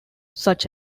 such